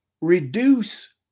reduce